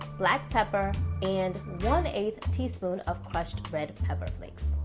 black pepper and one eight teaspoon of crushed red pepper flakes.